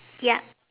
ya